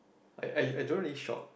I I don't really shop